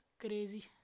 crazy